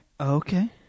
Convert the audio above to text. Okay